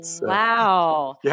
Wow